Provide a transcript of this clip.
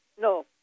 no